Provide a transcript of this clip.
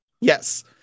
Yes